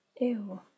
ew